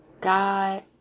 God